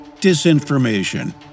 disinformation